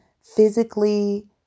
physically